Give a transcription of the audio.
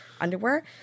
underwear